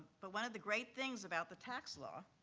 but one of the great things about the tax law,